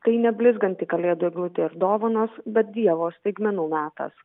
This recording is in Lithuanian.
tai ne blizganti kalėdų eglutė ir dovanos bet dievo staigmenų metas